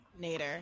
nader